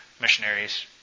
Missionaries